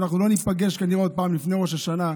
שאנחנו לא ניפגש כנראה עוד פעם לפני ראש השנה,